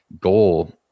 goal